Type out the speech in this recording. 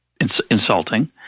insulting